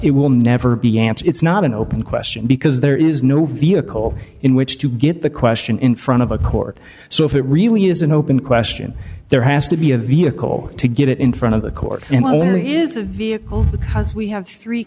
it will never be answered it's not an open question because there is no vehicle in which to get the question in front of a court so if it really is an open question there has to be a vehicle to get it in front of the court and well there is a vehicle because we have three